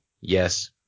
yes